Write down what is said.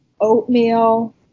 oatmeal